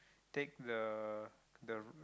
take the the